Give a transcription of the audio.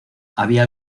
había